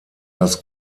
das